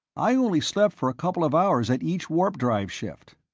i only slept for a couple of hours at each warp-drive shift.